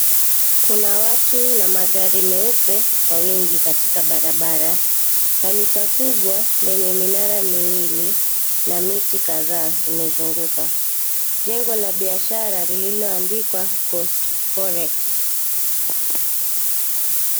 Kuna watu na magari meupe kwa wingi katika barabara. Kanisa kubwa lenye minara miwili na miti kadhaa umezungka. Jengo la biashara lililoandikwa postforex .